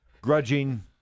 grudging